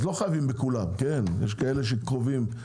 לא חייבים בכולם, יש כאלה שקרובים.